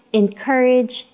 encourage